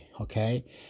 okay